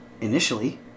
initially